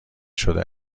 شده